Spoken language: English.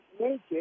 naked